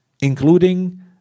Including